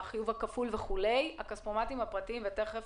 על הכספומטים הפרטיים בכלל